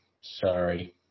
Sorry